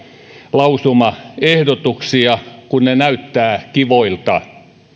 lausumaehdotuksia kun ne näyttävät kivoilta